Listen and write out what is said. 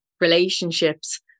relationships